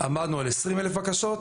עמדנו על 20 אלף בקשות.